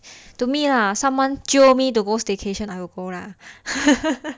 to me lah someone jio me to go staycation I will go lah